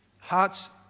Hearts